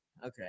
Okay